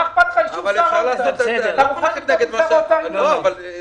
מה אכפת לך שזה יהיה באישור שר האוצר ושר התחבורה?